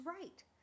right